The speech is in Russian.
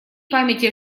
памяти